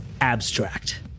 abstract